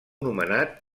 nomenat